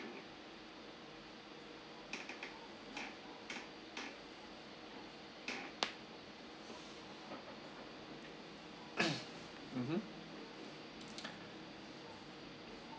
mmhmm